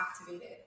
activated